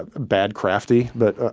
ah bad crafty. but